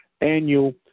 annual